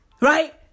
right